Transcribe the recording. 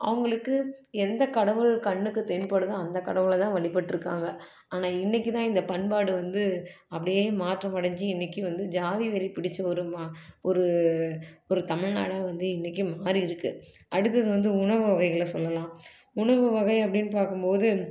அவங்களுக்கு எந்த கடவுள் கண்ணுக்கு தென்படுதோ அந்த கடவுளை தான் வழிபட்டிருக்காங்க ஆனால் இன்றைக்கி தான் இந்த பண்பாடு வந்து அப்படியே மாற்றம் அடைஞ்சி இன்றைக்கி வந்து ஜாதி வெறி பிடித்த ஒரு மா ஒரு ஒரு தமிழ்நாடா வந்து இன்றைக்கும் மாறி இருக்குது அடுத்தது வந்து உணவு வகைகளை சொல்லலாம் உணவு வகை அப்படின் பார்க்கும்போது